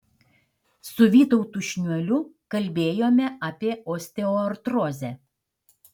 su vytautu šniuoliu kalbėjome apie osteoartrozę